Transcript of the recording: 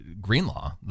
Greenlaw